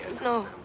No